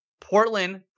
Portland